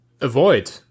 Avoid